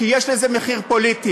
כי יש לזה מחיר פוליטי,